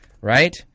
right